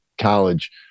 college